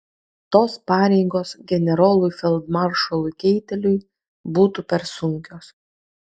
tos pareigos generolui feldmaršalui keiteliui būtų per sunkios